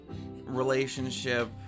relationship